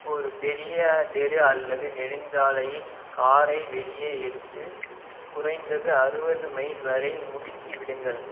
ஒரு பெரிய தெரு அல்லது நெடுஞ்சாலையில் காரை வெளியே எடுத்து குறைந்தது அறுபது மைல் வரை முடுக்கி விடுங்கள்